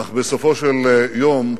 אך בסופו של יום,